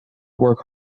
work